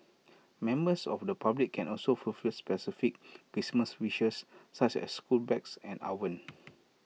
members of the public can also fulfil specific Christmas wishes such as school bags and ovens